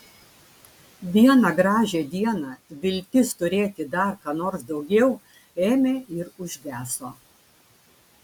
vieną gražią dieną viltis turėti dar ką nors daugiau ėmė ir užgeso